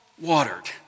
watered